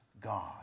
God